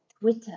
Twitter